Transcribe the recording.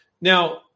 now